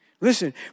Listen